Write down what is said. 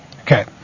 Okay